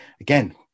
Again